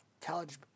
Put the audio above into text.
college